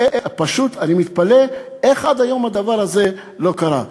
פשוט אני מתפלא איך עד היום הדבר הזה לא קרה.